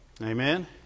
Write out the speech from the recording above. amen